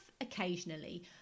occasionally